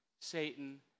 Satan